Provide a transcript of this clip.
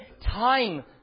time